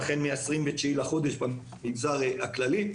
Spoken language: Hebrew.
והחל מה-29 בחודש במגזר הכללי,